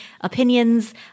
opinions